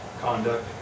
conduct